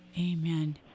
Amen